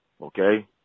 Okay